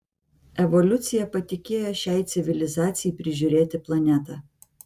evoliucija patikėjo šiai civilizacijai prižiūrėti planetą